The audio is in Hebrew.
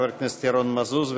חבר הכנסת ירון מזוז,